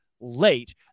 late